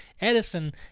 Edison